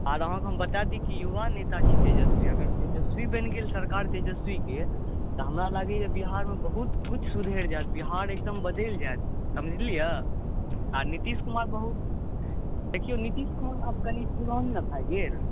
आर अहाँके हम बता दी कि युवा नेता छै तेजस्वी अगर तेजस्वी बनि गेल सरकार तेजस्वीकेँ तऽ हमरा लागैया जे बिहारमे बहुत किछु सुधरि जायत बिहार एकदम बदलि जाएत समझलियै यौ आ नीतीश कुमार बहुत देखियौ आब नीतीश कुमार कनि डाउन ने भऽ गेल